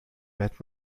wird